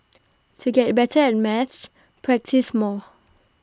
to get better at maths practise more